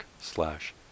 slash